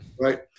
Right